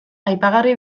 aipagarri